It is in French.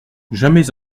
jamais